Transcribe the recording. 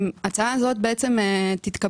אם ההצעה הזאת תתקבל,